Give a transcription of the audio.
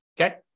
okay